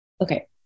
Okay